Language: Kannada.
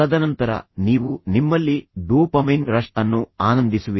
ತದನಂತರ ನೀವು ನಿಮ್ಮಲ್ಲಿ ಡೋಪಮೈನ್ ರಶ್ ಅನ್ನು ಆನಂದಿಸುವಿರಿ